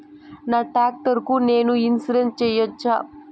నా టాక్టర్ కు నేను ఇన్సూరెన్సు సేయొచ్చా?